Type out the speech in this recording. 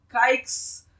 kikes